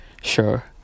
Sure